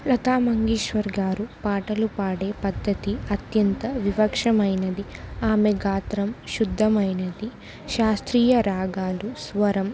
లతా మంగేశ్వర్ గారు పాటలు పాడే పద్ధతి అత్యంత వివక్షమైనది ఆమెగాత్రం శుద్ధమైనది శాస్త్రీయ రాగాలు స్వరం